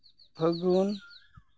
ᱯᱷᱟᱹᱜᱩᱱ